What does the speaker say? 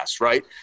right